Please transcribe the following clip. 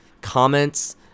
comments